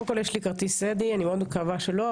קודם כל, יש לי כרטיס אדי, אני מאוד מקווה שלא.